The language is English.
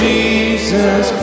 Jesus